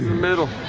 middle.